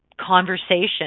conversation